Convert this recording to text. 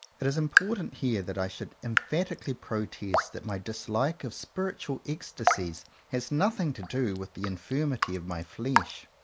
it is important here that i should em phatically protest that my dislike of spirit ual ecstasies has nothing to do with the infirmity of my flesh.